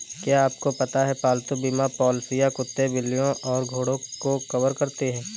क्या आपको पता है पालतू बीमा पॉलिसियां कुत्तों, बिल्लियों और घोड़ों को कवर करती हैं?